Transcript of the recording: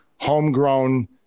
Homegrown